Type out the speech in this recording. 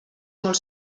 molt